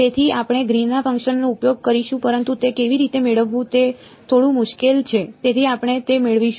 તેથી આપણે ગ્રીનના ફંક્શનનો ઉપયોગ કરીશું પરંતુ તે કેવી રીતે મેળવવું તે થોડું મુશ્કેલ છે તેથી આપણે તે મેળવીશું